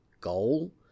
goal